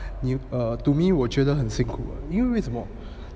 你 err to me 我觉得很辛苦 ah 你知道为什么